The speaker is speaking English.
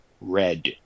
Red